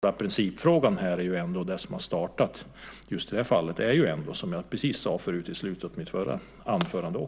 Själva principfrågan är det som har startat det hela i det här fallet. Som jag sade i slutet av mitt förra anförande